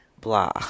Blah